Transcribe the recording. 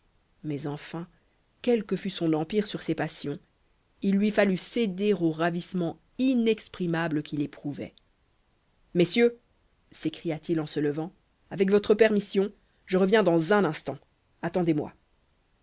mais enfin quel que fût son empire sur ses passions il lui fallut céder au ravissement inexprimable qu'il éprouvait messieurs s'écria-t-il en se levant avec votre permission je reviens dans un instant attendez-moi